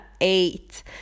eight